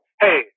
hey